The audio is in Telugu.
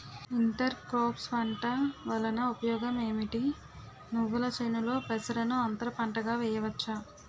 ఇంటర్ క్రోఫ్స్ పంట వలన ఉపయోగం ఏమిటి? నువ్వుల చేనులో పెసరను అంతర పంటగా వేయవచ్చా?